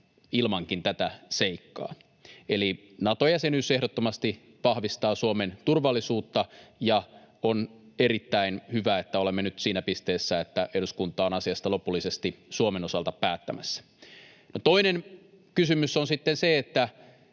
ilmankin tätä seikkaa. Eli Nato-jäsenyys ehdottomasti vahvistaa Suomen turvallisuutta, ja on erittäin hyvä, että olemme nyt siinä pisteessä, että eduskunta on asiasta lopullisesti Suomen osalta päättämässä. Toinen kysymys on sitten se,